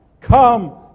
Come